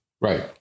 Right